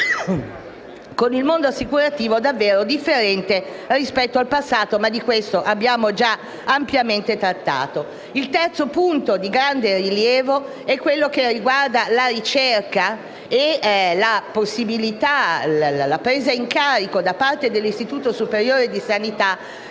con il mondo assicurativo, davvero differente rispetto al passato. Ma di questo abbiamo già ampiamente trattato. Il terzo punto di grande rilievo è quello che riguarda la ricerca e la presa in carico da parte dell'Istituto superiore di sanità